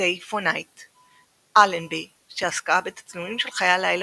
Alenby - Day for night שעסקה בתצלומים של חיי הלילה